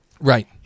Right